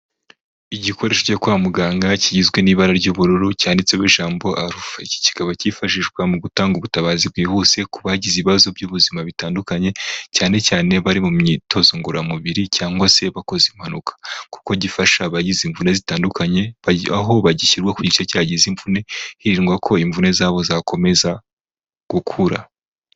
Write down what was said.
Igikoresho cyo kwa muganga, kigizwe n'ibara ry'ubururu, cyanditseho ijambo Alpha. Iki kikaba cyifashishwa mu gutanga ubutabazi bwihuse, ku bagize ibibazo by'ubuzima bitandukanye, cyane cyane bari mu myitozo ngororamubiri cyangwa se bakoze impanuka. Kuko gifasha abagize imvune zitandukanye, aho bagishyirwa ku gice cyagize imvune, hirindwa ko imvune zabo zakomeza gukura.